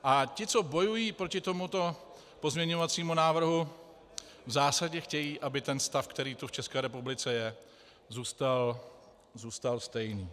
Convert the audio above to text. A ti, co bojují proti tomuto pozměňovacímu návrhu, v zásadě chtějí, aby ten stav, který v České republice je, zůstal stejný.